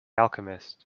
alchemist